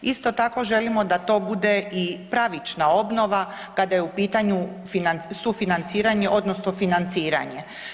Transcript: Isto tako želimo da to bude i pravična obnova kada je u pitanju sufinanciranje odnosno financiranje.